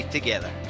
Together